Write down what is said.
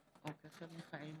מלינובסקי, מצביעה מיכאל מלכיאלי,